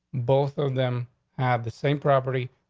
both of them have the same property.